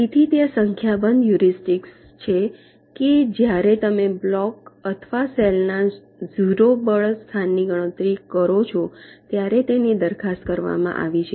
તેથી ત્યાં સંખ્યાબંધ હ્યુરિસ્ટિક્સ છે કે જ્યારે તમે બ્લોક અથવા સેલ ના 0 બળ સ્થાન ની ગણતરી કરો છો ત્યારે તેની દરખાસ્ત કરવામાં આવી છે